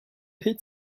hit